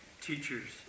teachers